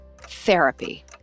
Therapy